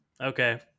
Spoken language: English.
Okay